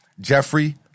Jeffrey